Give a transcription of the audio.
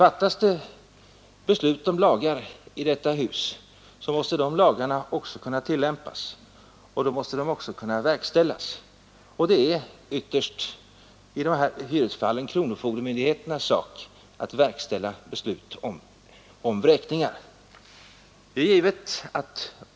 Antas det lagar här i huset, så måste dessa lagar tillämpas och beslut som fattas med stöd av lagarna måste kunna verkställas. Det är kronofogdemyndighetens sak att verkställa beslut om vräkningar.